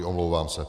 Omlouvám se.